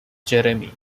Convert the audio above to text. jeremy